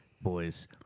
Boys